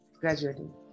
graduating